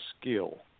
skill